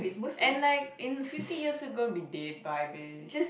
and like in fifty years we are going to be dead by this